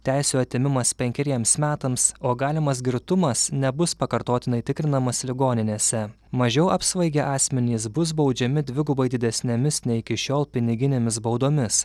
teisių atėmimas penkeriems metams o galimas girtumas nebus pakartotinai tikrinamas ligoninėse mažiau apsvaigę asmenys bus baudžiami dvigubai didesnėmis nei iki šiol piniginėmis baudomis